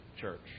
church